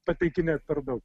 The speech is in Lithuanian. pateikinėt per daug